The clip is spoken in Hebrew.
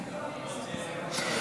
לא נתקבלה.